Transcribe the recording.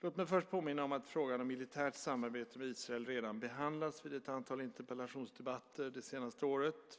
Låt mig först påminna om att frågan om militärt samarbete med Israel redan behandlats i ett antal interpellationsdebatter det senaste året.